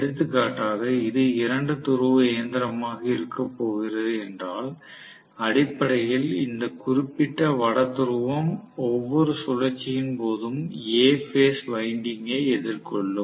எடுத்துக்காட்டாக இது இரண்டு துருவ இயந்திரமாக இருக்கப் போகிறது என்றால் அடிப்படையில் இந்த குறிப்பிட்ட வட துருவம் ஒவ்வொரு சுழற்சியின் போதும் A பேஸ் வைண்டிங்கை எதிர்கொள்ளும்